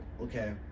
okay